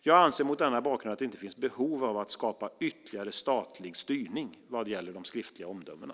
Jag anser mot denna bakgrund att det inte finns behov av att skapa ytterligare statlig styrning vad gäller de skriftliga omdömena.